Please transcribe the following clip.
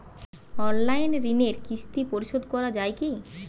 Online ঋণের কিস্তি পরিশোধ করা যায় কি?